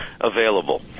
available